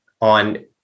on